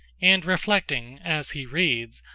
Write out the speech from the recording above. and reflecting, as he reads,